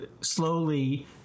slowly